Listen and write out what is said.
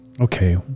okay